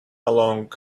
along